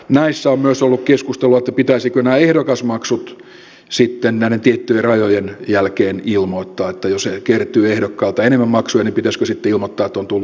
näistä on myös ollut keskustelua että pitäisikö nämä ehdokasmaksut sitten näiden tiettyjen rajojen jälkeen ilmoittaa että jos ehdokkailta kertyy enemmän maksuja niin pitäisikö sitten ilmoittaa että on tullut ulkopuolista tukea